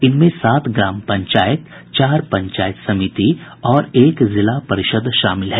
इनमें सात ग्राम पंचायत चार पंचायत समिति और एक जिला परिषद शामिल हैं